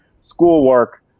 schoolwork